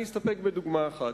אני אסתפק בדוגמה אחת.